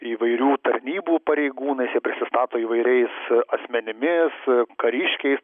įvairių tarnybų pareigūnais jie prisistato įvairiais asmenimis kariškiais